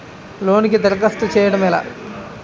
లోనుకి దరఖాస్తు చేయడము ఎలా?